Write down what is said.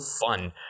fun